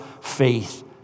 faith